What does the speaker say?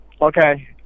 okay